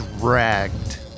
dragged